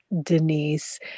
Denise